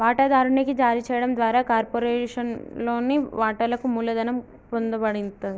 వాటాదారునికి జారీ చేయడం ద్వారా కార్పొరేషన్లోని వాటాలను మూలధనం పొందబడతది